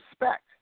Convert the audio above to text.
respect